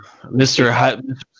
Mr